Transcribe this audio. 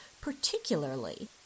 particularly